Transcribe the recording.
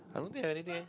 I don't think anything